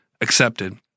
accepted